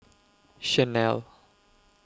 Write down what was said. Chanel